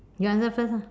you answer first lah